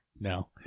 No